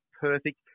perfect